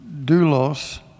doulos